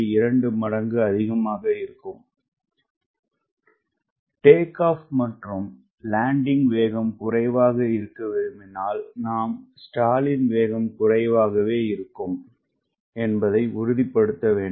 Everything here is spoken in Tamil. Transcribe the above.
2 மடங்கு அதிகமாக இருக்கும் டேக்ஆஃப்மற்றும்லேண்டிங்வேகம் குறைவாக இருக்க விரும்பினால் நாம்ஸ்டால்லின்வேகம்குறைவாகவேஇருக்கும் என்பதை உறுதிப்படுத்த வேண்டும்